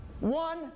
One